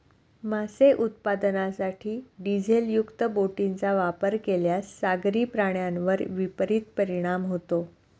मासे उत्पादनासाठी डिझेलयुक्त बोटींचा वापर केल्यास सागरी प्राण्यांवर विपरीत परिणाम होतो